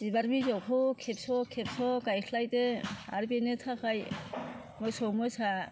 बिबार बिजौखौ खेबस' खेबस' गायस्लायदो आरो बेनि थाखाय मोसौ मोसा